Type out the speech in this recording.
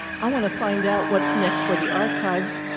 i want to find out what's next for the archives.